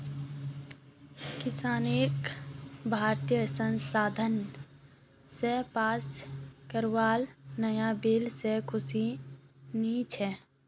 किसानक भारतीय संसद स पास कराल नाया बिल से खुशी नी छे